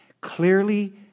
Clearly